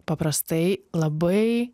paprastai labai